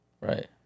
Right